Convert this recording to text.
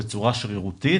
בצורה שרירותית,